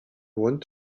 want